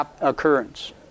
Occurrence